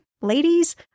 ladies